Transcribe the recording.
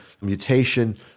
mutation